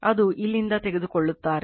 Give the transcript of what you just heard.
ಅದು ಇಲ್ಲಿಂದ ತೆಗೆದುಕೊಳ್ಳುತ್ತಾರೆ